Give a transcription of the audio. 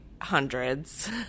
hundreds